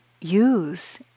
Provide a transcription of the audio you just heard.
use